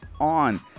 on